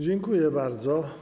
Dziękuję bardzo.